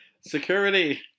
Security